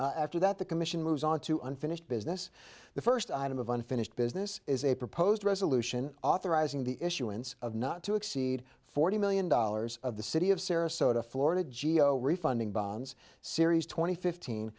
to after that the commission moves on to unfinished business the first item of unfinished business is a proposed resolution authorizing the issuance of not to exceed forty million dollars of the city of sarasota florida geo refunding bonds series twenty fifteen